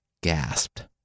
gasped